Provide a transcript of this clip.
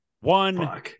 one